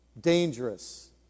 dangerous